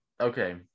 okay